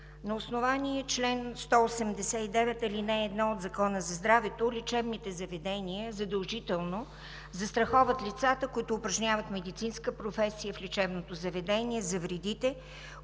На основание чл. 189, ал. 1 от Закона за здравето лечебните заведения задължително застраховат лицата, които упражняват медицинска професия в лечебното заведение за вредите,